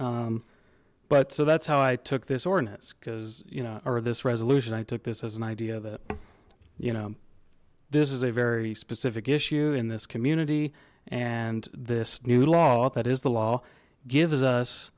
but so that's how i took this ordinance because you know over this resolution i took this as an idea that you know this is a very specific issue in this community and this new law that is the law gives us